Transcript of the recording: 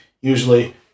usually